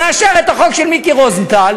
נאשר את החוק של מיקי רוזנטל,